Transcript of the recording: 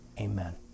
amen